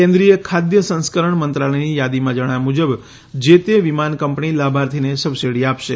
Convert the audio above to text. કેન્દ્રીય ખાદ્ય સંસ્કરણ મંત્રાલયની યાદીમાં જણાવ્યા મુજબ જે તે વિમાન કંપની લાભાર્થીને સબસીડી આપશે